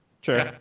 Sure